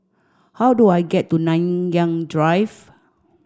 how do I get to Nanyang Drive